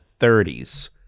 30s